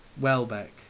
Welbeck